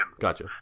gotcha